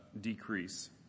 decrease